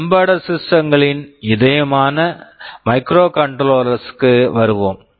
embedded systems embedded systems களின் இதயமான microcontroller microcontroller களுக்கு வருவோம்